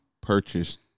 purchased